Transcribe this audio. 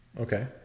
okay